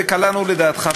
וקלענו לדעתך,